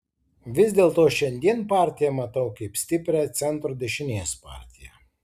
vis dėlto šiandien partiją matau kaip stiprią centro dešinės partiją